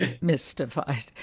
mystified